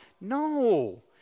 No